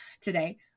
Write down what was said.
today